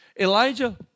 Elijah